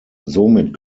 somit